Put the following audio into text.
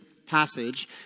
passage